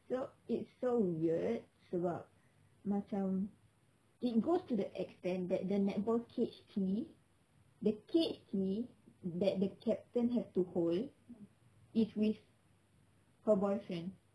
so it's so weird sebab macam it goes to the extent that the netball cage key the cage key that the captain have to hold is with her boyfriend